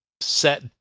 set